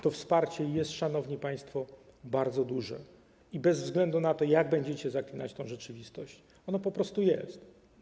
To wsparcie jest, szanowni państwo, bardzo duże i bez względu na to, jak będziecie zaklinać tę rzeczywistość, ono po prostu jest.